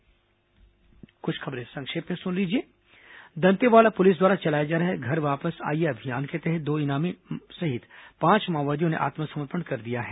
संक्षिप्त समाचार अब कुछ अन्य खबरें संक्षिप्त में दंतेवाड़ा पुलिस द्वारा चलाए जा रहे घर वापस आइये अभियान के तहत दो इनामी सहित पांच माओवादियों ने आत्मसमर्पण कर दिया है